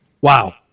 Wow